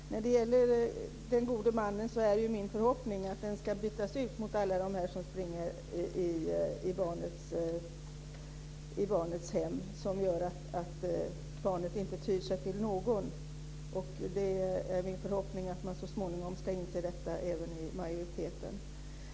Herr talman! När det gäller den gode mannen är det min förhoppning att alla de som springer i barnets hem som gör att barnet inte tyr sig till någon ska bytas ut mot en god man. Det är min förhoppning att även majoriteten ska inse detta så småningom.